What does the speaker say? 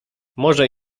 morze